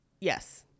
yes